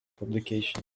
publication